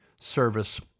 service